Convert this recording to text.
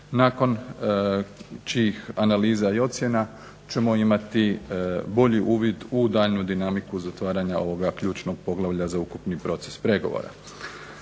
nakon čijih analiza i ocjena ćemo imati bolji uvid u daljnju dinamiku zatvaranja ovog ključnog poglavlja za ukupni proces pregovora.